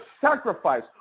sacrifice